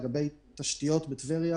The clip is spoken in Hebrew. לגבי תשתיות בטבריה